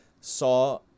saw –